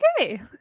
okay